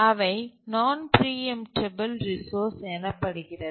அவை non preemptable resource எனப்படுகிறது